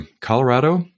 Colorado